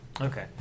Okay